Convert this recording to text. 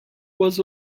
was